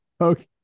Okay